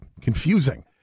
confusing